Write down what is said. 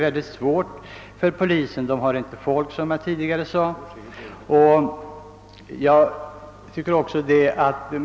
Men som jag tidigare sade har inte polisen tillräckliga resurser för dessa uppgifter.